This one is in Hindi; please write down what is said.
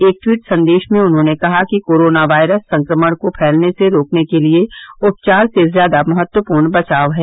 एक ट्वीट संदेश में उन्होंने कहा कि कोरोना वायरस संक्रमण को फैलने से रोकने के लिये उपचार से ज्यादा महत्वपूर्ण बचाव है